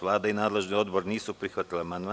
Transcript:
Vlada i nadležni odbor, nisu prihvatili amandman.